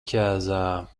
ķezā